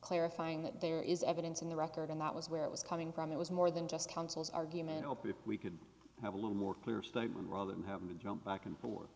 clarifying that there is evidence in the record and that was where it was coming from it was more than just counsel's argument open if we could have a little more clear statement rather than having to jump back and forth